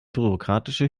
bürokratische